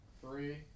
three